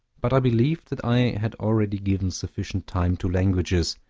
but i believed that i had already given sufficient time to languages,